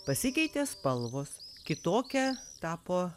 pasikeitė spalvos kitokia tapo